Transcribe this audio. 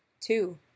Two